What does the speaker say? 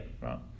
Right